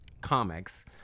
comics